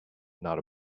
not